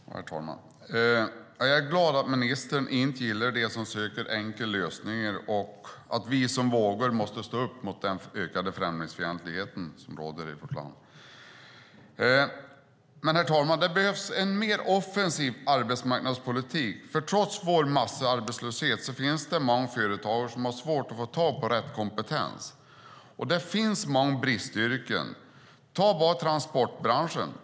Herr talman! Jag är glad att ministern inte gillar dem som söker enkla lösningar och att hon säger att vi som vågar måste stå upp mot den ökade främlingsfientlighet som råder i vårt land. Men, herr talman, det behövs en mer offensiv arbetsmarknadspolitik, för trots vår massarbetslöshet finns det många företagare som har svårt att få tag i rätt kompetens. Det finns många bristyrken - ta bara transportbranschen.